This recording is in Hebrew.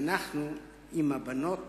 אנחנו מספקים להם חברה עם בנות